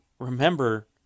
Remember